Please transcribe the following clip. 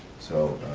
so,